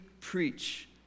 preach